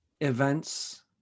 events